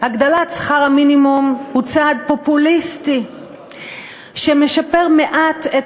הגדלת שכר המינימום היא צעד פופוליסטי שמשפר מעט את